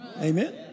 Amen